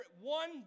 One